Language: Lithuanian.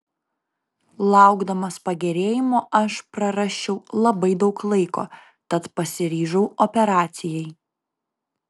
laukdamas pagerėjimo aš prarasčiau labai daug laiko tad pasiryžau operacijai